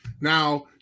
Now